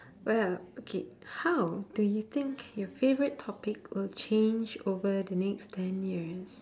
well okay how do you think your favourite topic will change over the next ten years